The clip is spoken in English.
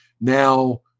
now